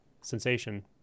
sensation